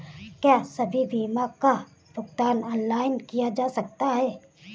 क्या सभी बीमा का भुगतान ऑनलाइन किया जा सकता है?